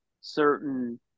certain